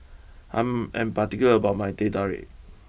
I'm I'm particular about my Teh Tarik